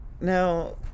now